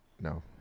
No